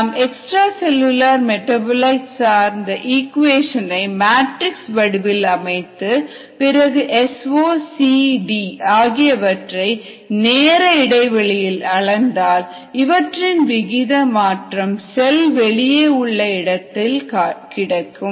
நாம் extra cellular metabolites சார்ந்த equation ஐ மேட்ரிக்ஸ் வடிவில் அமைத்து பிறகு S0 CD ஆகியவற்றை நேர இடைவெளியில் அளந்தால் இவற்றின் விகித மாற்றம் செல் வெளியே உள்ள இடத்தில் கிடைக்கும்